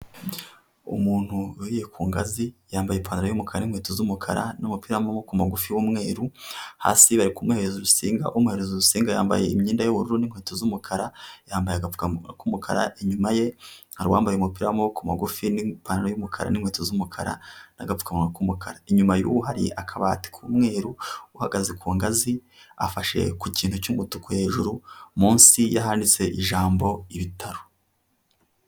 Umuntu wuriye ku ngazi, yambaye ipantaro y'umukara n'inkweto z'umukara n'amupira w'amaboko magufi w'umweru, hasi bari kumuhereza rusinga, umuhereza urusinga yambaye imyenda y'ubururu n'inkweto z'umukara, yambaye agapfukamunwa k'umukara, inyuma ye hari uwambaye umupira w'amaboko magufi n'ipantaro y'umukara n'inkweto z'umukara n'agapfukamunwa k' umukara. Inyuma y'uwo hari akabati k'umweru, uhagaze ku ngazi afashe ku kintu cy'umutuku hejuru, munsi y'ahanditse ijambo ibitaro.